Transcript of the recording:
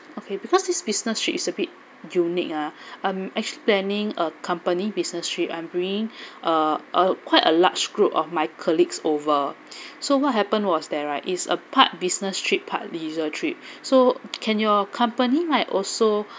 okay because this business trip is a bit unique ah um actually planning a company business trip I'm doing a a quite a large group of my colleagues over so what happened was there right it's a part business trip part leisure trip so can your company like also